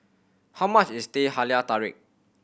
how much is Teh Halia Tarik